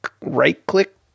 right-click